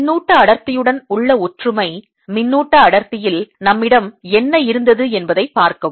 மின்னூட்ட அடர்த்தியுடன் உள்ள ஒற்றுமை மின்னூட்ட அடர்த்தியில் நம்மிடம் என்ன இருந்தது என்பதைப் பார்க்கவும்